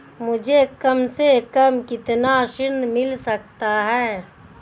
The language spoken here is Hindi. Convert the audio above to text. मुझे कम से कम कितना ऋण मिल सकता है?